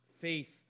faith